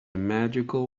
magical